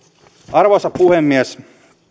arvoisa puhemies